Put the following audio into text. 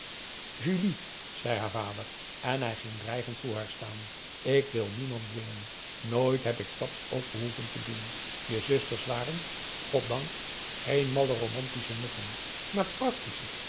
zei haar vader en hij ging dreigend voor haar staan ik wil niemand dwingen nooit heb ik dat ook behoeven te doen je zusters waren goddank geen malle romantische nuffen maar practische